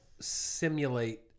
simulate